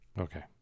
Okay